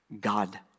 God